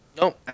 No